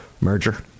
merger